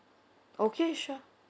okay sure